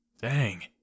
Dang